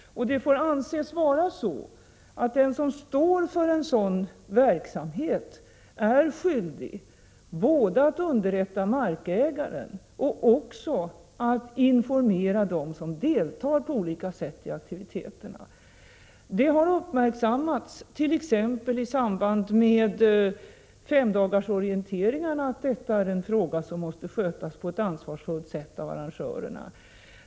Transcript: Det får anses vara så att den som står för sådan verksamhet är skyldig både att underrätta markägaren och att informera dem som på olika sätt deltar i aktiviteterna. Det har uppmärksammats t.ex. i samband med femdagarsorienteringen att detta är en fråga som måste skötas på ett ansvarsfullt sätt av arrangörerna.